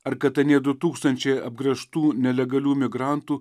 ar kad anie du tūkstančiai apgręžtų nelegalių imigrantų